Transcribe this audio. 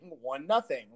one-nothing